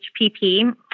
HPP